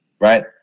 right